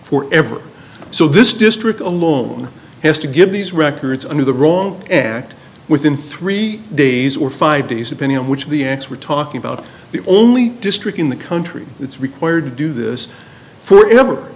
for ever so this district alone has to give these records under the wrong act within three days or five days depending on which of the acts we're talking about the only district in the country that's required to do this forever